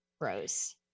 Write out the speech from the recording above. Rose